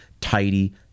tidy